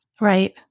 Right